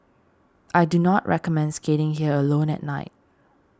I do not recommend skating here alone at night